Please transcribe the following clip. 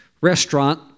restaurant